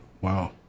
wow